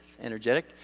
energetic